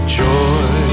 joy